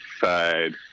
Side